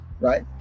Right